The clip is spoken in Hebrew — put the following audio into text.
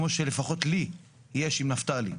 כמו שלפחות לי יש עם נפתלי.